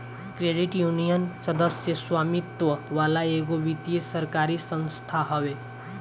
credit union, सदस्य स्वामित्व वाला एगो वित्तीय सरकारी संस्था हवे